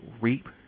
reap